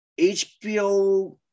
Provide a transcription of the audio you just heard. HBO